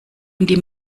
und